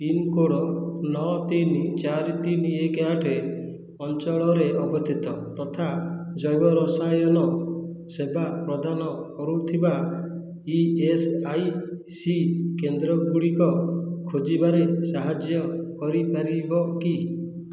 pincode ନଅ ତିନି ଚାରି ତିନି ଏକ ଆଠ ଅଞ୍ଚଳରେ ଅବସ୍ଥିତ ତଥା ଜୈବ ରସାୟନ ସେବା ପ୍ରଦାନ କରୁଥିବା ଇ ଏସ୍ ଆଇ ସି କେନ୍ଦ୍ର ଗୁଡ଼ିକ ଖୋଜିବାରେ ସାହାଯ୍ୟ କରିପାରିବ କି